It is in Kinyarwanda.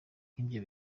nk’ibyo